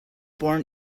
born